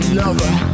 lover